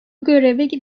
görevi